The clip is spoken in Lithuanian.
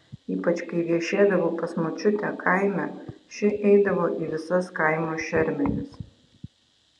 ypač kai viešėdavau pas močiutę kaime ši eidavo į visas kaimo šermenis